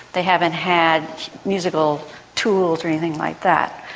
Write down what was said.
they haven't had musical tools or anything like that.